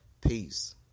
Peace